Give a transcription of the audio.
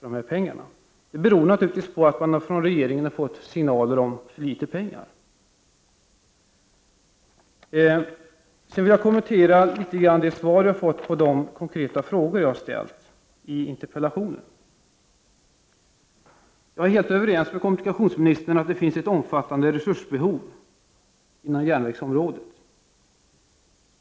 Detta beror naturligtvis på att man fått för litet pengar från regeringen. Jag vill något kommentera det svar som jag har fått på de konkreta frågor jag ställt i interpellationen. Jag är helt överens med kommunikationsministern att det finns ett omfattande resursbehov inom järnvägsområdet.